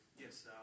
Yes